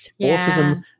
Autism